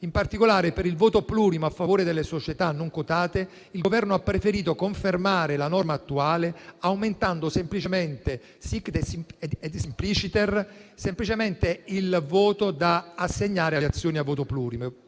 In particolare, per il voto plurimo a favore delle società non quotate il Governo ha preferito confermare la norma attuale, aumentando *sic et simpliciter* il voto da assegnare alle azioni a voto plurimo,